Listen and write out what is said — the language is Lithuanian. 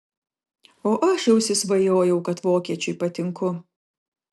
o aš jau įsisvajojau kad vokiečiui patinku